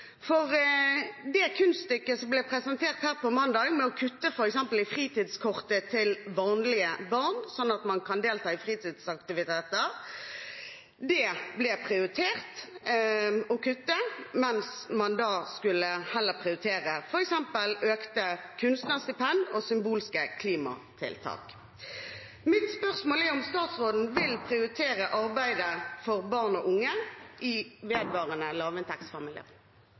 for det ble presentert et kunststykke her på mandag med f.eks. å kutte fritidskortet til vanlige barn, det at man kan delta i fritidsaktiviteter. Det ble det prioritert å kutte, mens man heller skulle prioritere f.eks. økte kunstnerstipend og symbolske klimatiltak. Mitt spørsmål er om statsråden vil prioritere arbeidet for barn og unge i vedvarende lavinntektsfamilier.